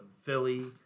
Philly